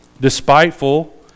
despiteful